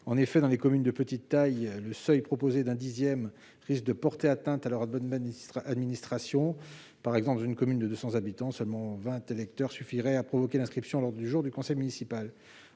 En effet, dans les municipalités de petite taille, le seuil proposé d'un dixième des électeurs risque de porter atteinte à la bonne administration de la commune. Par exemple, dans une commune de 200 habitants, seulement 20 électeurs suffiraient à provoquer l'inscription d'un sujet à l'ordre du jour du conseil municipal.